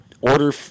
order